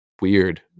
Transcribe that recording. weird